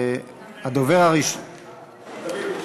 הדובר, רגע, סליחה.